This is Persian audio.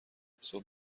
صبح